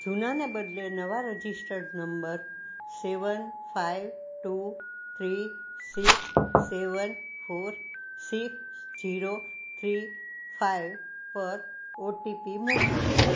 જૂનાને બદલે નવા registered number seven five two three six seven four six zero three five પર OTP મોકલો